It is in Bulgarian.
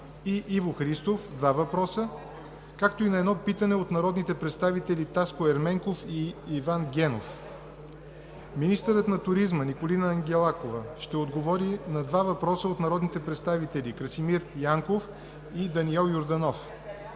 и Иво Христов, два въпроса, както и на едно питане от народните представители Таско Ерменков и Иван Генов; – министърът на туризма Николина Ангелкова ще отговори на два въпроса от народните представители Красимир Янков, Даниел Йорданов